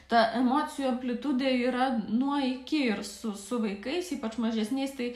ta emocijų amplitudė yra nuo iki ir su su vaikais ypač mažesniais tai